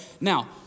Now